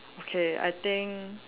okay I think